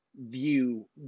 view